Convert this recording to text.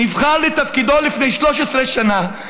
הם אלה שמשמיעים את המנון, אל תפריעי לי, בבקשה.